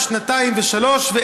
שנתיים ושלוש שנים,